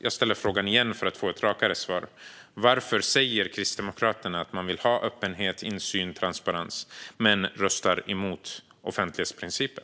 Jag ställer frågan igen för att få ett rakare svar. Frågan är alltså varför Kristdemokraterna säger att man vill ha öppenhet, insyn och transparens men röstar emot offentlighetsprincipen.